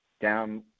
down